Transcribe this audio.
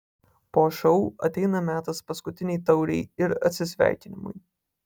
po šou ateina metas paskutinei taurei ir atsisveikinimui